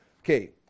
Okay